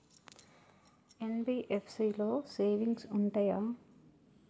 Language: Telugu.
ఎన్.బి.ఎఫ్.సి లో సేవింగ్స్ ఉంటయా?